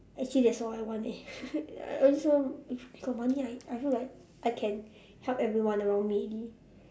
actually that's all I want eh I just want got money I I feel like I can help everyone around me maybe